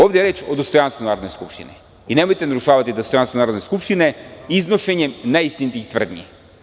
Ovde je reč o dostojanstvu narodne skupštine i nemojte narušavati dostojanstvo Narodne skupštine iznošenjem neistinitih tvrdnji.